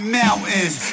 mountains